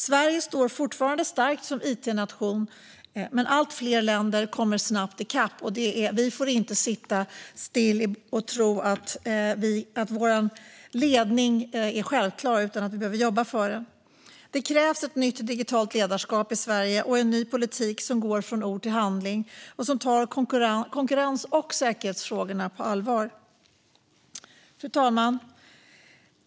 Sverige står fortfarande starkt som it-nation, men allt fler länder kommer snabbt i kapp. Vi får inte sitta still och tro att vår ledning är självklar utan att vi behöver jobba för den. Det krävs ett nytt digitalt ledarskap i Sverige och en ny politik som går från ord till handling och som tar konkurrens och säkerhetsfrågorna på allvar. Fru talman!